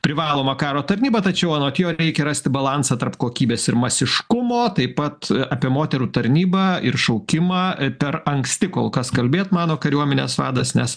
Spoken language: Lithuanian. privalomą karo tarnybą tačiau anot jo reikia rasti balansą tarp kokybės ir masiškumo taip pat apie moterų tarnybą ir šaukimą per anksti kol kas kalbėt mano kariuomenės vadas nes